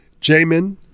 Jamin